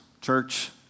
church